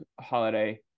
holiday